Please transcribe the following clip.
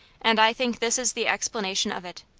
and i think this is the explanation of it.